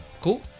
cool